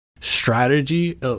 strategy